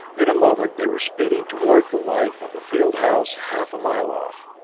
in a moment they were speeding toward the lights of the field house, half a mile off.